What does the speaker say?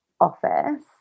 office